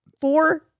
Four